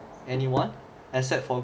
anyone except for